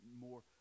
more